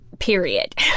period